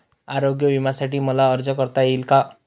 आरोग्य विम्यासाठी मला अर्ज करता येईल का?